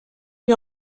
lui